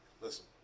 Listen